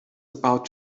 about